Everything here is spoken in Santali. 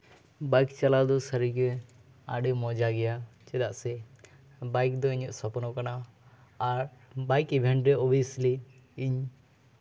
ᱵᱟᱭᱤᱠ ᱪᱟᱞᱟᱣ ᱫᱚ ᱥᱟᱹᱨᱤᱜᱮ ᱟᱹᱰᱤ ᱢᱚᱡᱟ ᱜᱮᱭᱟ ᱪᱮᱫᱟᱜ ᱥᱮ ᱵᱟᱭᱤᱠ ᱫᱚ ᱤᱧᱟᱹᱜ ᱥᱚᱯᱱᱚ ᱠᱟᱱᱟ ᱟᱨ ᱵᱟᱭᱤᱠ ᱤᱵᱷᱮᱱᱴ ᱨᱮ ᱳᱵᱤᱭᱮᱥᱞᱤ ᱤᱧ